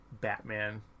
Batman